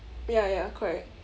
ya ya ya correct